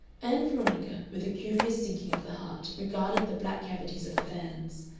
ann veronica, with a curious sinking of the heart, regarded the black cavities of the vans.